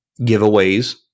giveaways